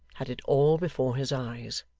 had it all before his eyes.